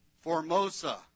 Formosa